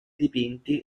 dipinti